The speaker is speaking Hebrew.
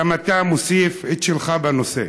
גם אתה מוסיף את שלך בנושא.